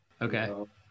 Okay